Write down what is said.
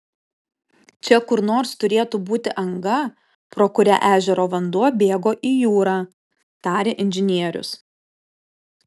čia kur nors turėtų būti anga pro kurią ežero vanduo bėgo į jūrą tarė inžinierius